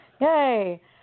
Yay